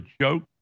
joke